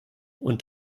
und